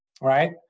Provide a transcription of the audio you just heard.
right